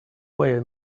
way